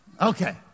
Okay